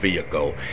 vehicle